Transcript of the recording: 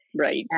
Right